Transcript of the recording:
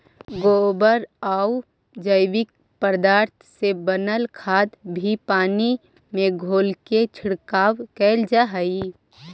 गोबरआउ जैविक पदार्थ से बनल खाद भी पानी में घोलके छिड़काव कैल जा हई